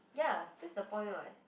ya that's the point [what]